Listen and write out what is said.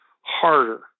harder